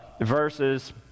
verses